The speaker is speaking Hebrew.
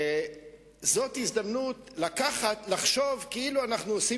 זאת הזדמנות לחשוב כאילו אנחנו עושים